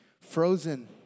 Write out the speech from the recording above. frozen